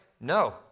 no